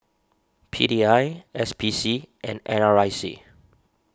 P D I S P C and N R I C